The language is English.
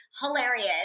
hilarious